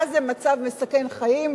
מה זה מצב מסכן חיים.